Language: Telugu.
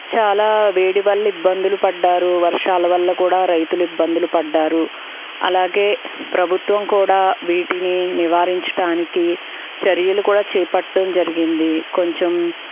చాలా వేడి వల్ల ఇబ్బందులు పడ్డారు వర్షాల వల్ల కూడా రైతులు ఇబ్బందులు పడ్డారు అలాగే ప్రభుత్వం కూడా వీటిని నివారించడానికి చర్యలు కూడా చేపట్టడం జరిగింది కొంచెం